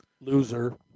Loser